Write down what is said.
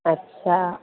अच्छा